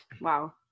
wow